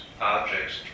objects